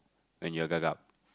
when you're gagap